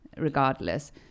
regardless